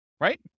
right